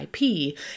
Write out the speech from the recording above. IP